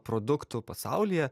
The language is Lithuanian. produktų pasaulyje